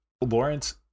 Lawrence